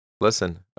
Listen